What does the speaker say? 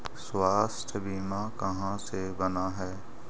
स्वास्थ्य बीमा कहा से बना है?